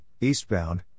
eastbound